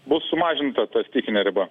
bus sumažinta ta stichinė riba